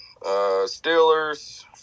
Steelers